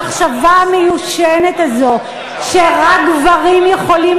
המחשבה המיושנת הזאת שרק גברים יכולים